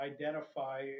identify